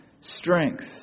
strength